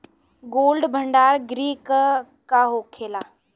Cold भण्डार गृह का होखेला?